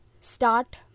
start